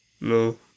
No